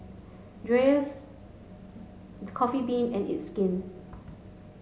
Dreyers Coffee Bean and it's Skin